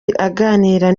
aganira